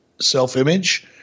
self-image